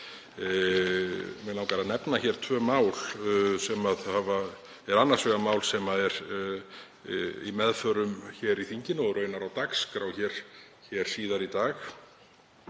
Mig langar að nefna tvö mál. Það er annars vegar mál sem er í meðförum hér í þinginu og raunar á dagskrá síðar í dag